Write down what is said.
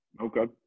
okay